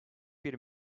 bir